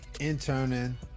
interning